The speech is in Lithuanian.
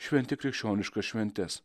šventi krikščioniškas šventes